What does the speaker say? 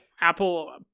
Apple